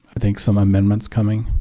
think, some amendments coming.